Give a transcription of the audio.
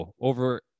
over